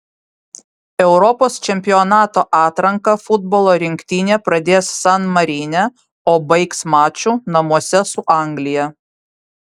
europos čempionato atranką futbolo rinktinė pradės san marine o baigs maču namuose su anglija